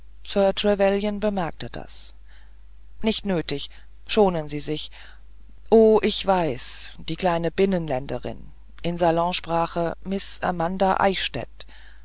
trevelyan bemerkte das nicht nötig schonen sie sich o ich weiß die kleine binnenländerin in salonsprache miß amanda eichstädt